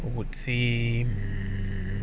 I would say mm